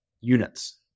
units